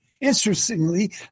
Interestingly